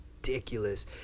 ridiculous